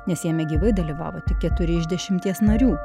nes jame gyvai dalyvavo tik keturi iš dešimties narių